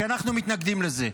שאנחנו מתנגדים לזה.